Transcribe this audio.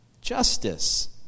justice